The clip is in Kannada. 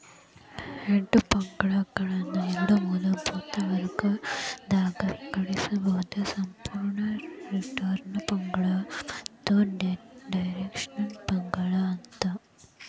ಹೆಡ್ಜ್ ಫಂಡ್ಗಳನ್ನ ಎರಡ್ ಮೂಲಭೂತ ವರ್ಗಗದಾಗ್ ವಿಂಗಡಿಸ್ಬೊದು ಸಂಪೂರ್ಣ ರಿಟರ್ನ್ ಫಂಡ್ಗಳು ಮತ್ತ ಡೈರೆಕ್ಷನಲ್ ಫಂಡ್ಗಳು ಅಂತ